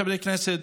חברי הכנסת,